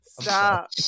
Stop